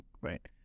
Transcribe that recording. right